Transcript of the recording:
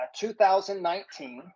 2019